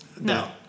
No